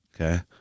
okay